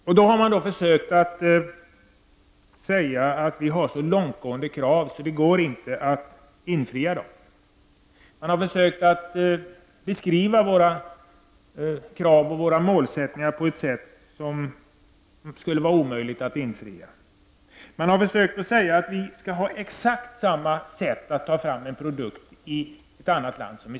Man har sagt att våra krav är så långtgående att det inte går att uppfylla dem. Man har försökt beskriva våra krav och målsättningar på det sättet. Man har vidare sagt att vi i centern vill att det skall ställas krav på att produkter som importeras skall tas fram på samma sätt som produkter framställda här.